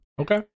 Okay